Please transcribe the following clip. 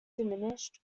diminished